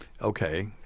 Okay